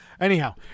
Anyhow